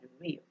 real